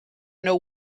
know